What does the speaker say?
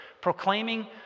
proclaiming